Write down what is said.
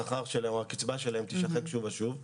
הקצבה שלהם תישחק שוב ושוב.